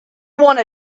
wanna